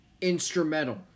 instrumental